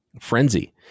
frenzy